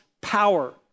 power